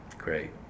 great